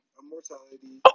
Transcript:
immortality